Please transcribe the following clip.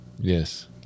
Yes